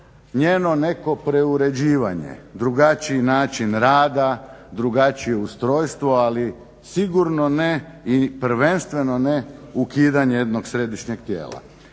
njeno neko preuređivanje, drugačiji način rada, drugačije ustrojstvo ali sigurno ne i prvenstveno ne ukidanje jednog središnjeg tijela.